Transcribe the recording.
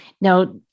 Now